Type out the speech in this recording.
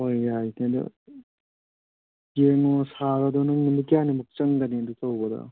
ꯍꯣꯏ ꯌꯥꯏ ꯌꯦꯡꯉꯨ ꯁꯥꯕꯗꯣ ꯅꯪ ꯅꯨꯃꯤꯠ ꯀꯌꯥꯅꯤꯃꯨꯛ ꯆꯪꯒꯅꯤ ꯑꯗꯨ ꯇꯧꯕꯗ